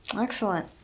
Excellent